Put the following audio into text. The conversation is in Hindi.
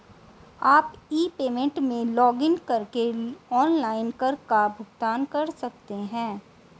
आप ई पेमेंट में लॉगइन करके ऑनलाइन कर का भुगतान कर सकते हैं